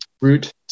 root